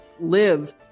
live